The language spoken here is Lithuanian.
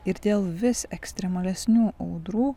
ir dėl vis ekstremalesnių audrų